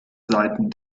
seiten